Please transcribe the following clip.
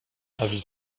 avis